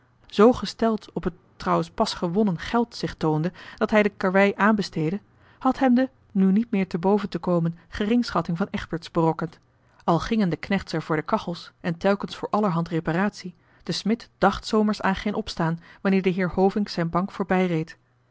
gesteld op het trouwens pas gewonnen geld zich toonde dat hij de karwei aanbesteedde had hem de nu niet meer te boven te komen geringschatting van egberts berokkend al gingen johan de meester de zonde in het deftige dorp de knechts er voor de kachels en telkens voor allerhand reparatie de smid dàcht s zomers aan geen opstaan wanneer de heer hovink zijn bank